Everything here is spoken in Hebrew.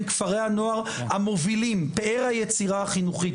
כפרי הנוער המובילים פאר היצירה החינוכית,